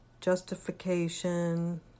justification